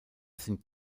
sind